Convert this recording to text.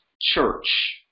church